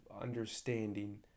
understanding